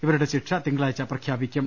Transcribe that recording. ഇവരുടെ ശിക്ഷ തിങ്കളാഴ്ച പ്രഖ്യാ പിക്കും